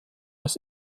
als